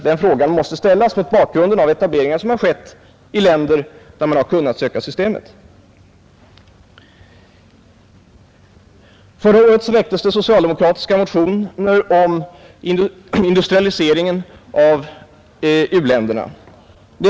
Den frågan måste göras mot bakgrunden av de etableringar som har skett i länder där man har kunnat utnyttja systemet, men inte sökt. Förra året väcktes socialdemokratiska motioner om industrialiseringen av u-länderna.